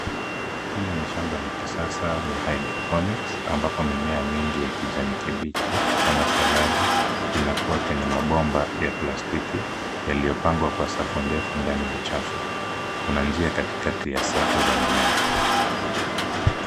Hili ni shamba la kisasa la cs[hydroponics]cs ambako mimea mingi ya kijani kibichi kama saladi inakuwa kwenye mabomba ya plastiki yaliyopangwa kwa safu ndefu ndani ya chafu. Kuna njia za katikati ya safu za mimea.